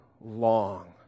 long